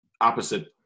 opposite